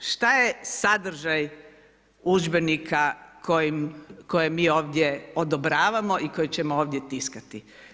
Šta je sadržaj udžbenika koje mi ovdje odobravamo i koje ćemo ovdje tiskati.